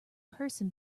person